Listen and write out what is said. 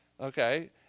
Okay